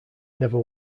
never